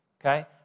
okay